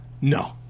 No